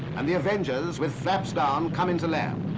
and the avengers with flaps down come in to land.